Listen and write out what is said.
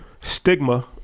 stigma